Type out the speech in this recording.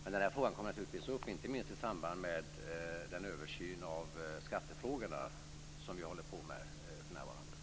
Men den här frågan kommer naturligtvis upp, inte minst i samband med den översyn av skattefrågorna som pågår för närvarande.